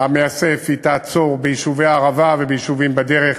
המאסף תעצור ביישובי הערבה וביישובים בדרך,